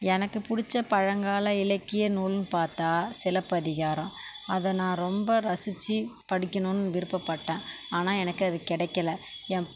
எனக்குப் பிடிச்ச பழங்கால இலக்கிய நூல்னு பார்த்தா சிலப்பதிகாரம் அதை நான் ரொம்ப ரசித்துப் படிக்கணுன்னு விருப்பப்பட்டேன் ஆனால் எனக்கு அது கெடைக்கல என்